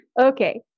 Okay